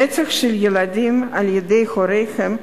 רצח של ילדים על-ידי הוריהם,